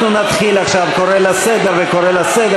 אנחנו נתחיל עכשיו "קורא לסדר" ו"קורא לסדר"?